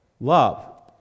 Love